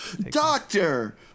Doctor